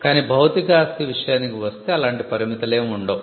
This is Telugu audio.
కాని భౌతిక ఆస్తి విషయానికి వస్తే అలాంటి పరిమితులేవి ఉండవు